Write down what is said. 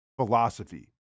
philosophy